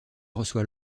reçoit